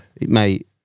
Mate